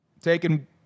Taking